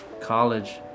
college